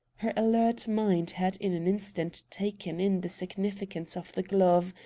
her alert mind had in an instant taken in the significance of the glove,